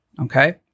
Okay